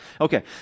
Okay